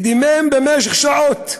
ודימם במשך שעות,